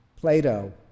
Plato